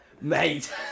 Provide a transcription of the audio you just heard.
mate